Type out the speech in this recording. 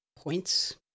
points